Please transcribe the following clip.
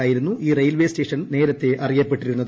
എന്നായിരുന്നു ഈ റെയിൽവേസ്റ്റേഷൻ നേരത്തെ അറിയപ്പെട്ടിരുന്നത്